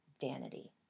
vanity